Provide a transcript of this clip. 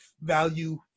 value